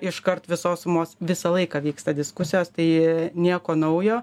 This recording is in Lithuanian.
iškart visos sumos visą laiką vyksta diskusijos tai nieko naujo